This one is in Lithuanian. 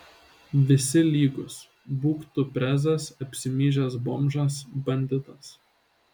visi lygūs būk tu prezas apsimyžęs bomžas banditas